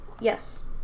Yes